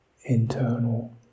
internal